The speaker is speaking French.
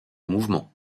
mouvement